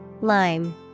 Lime